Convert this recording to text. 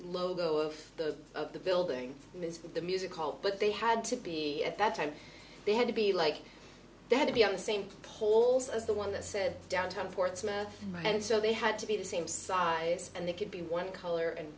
logo of the of the building is the music hall but they had to be at that time they had to be like they had to be on the same holes as the one that said downtown portsmouth and so they had to be the same size and they could be one color and